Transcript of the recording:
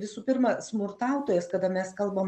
visų pirma smurtautojas kada mes kalbam